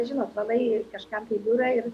žinot valai kažkam tai biurą ir